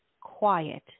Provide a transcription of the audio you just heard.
quiet